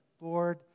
Lord